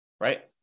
right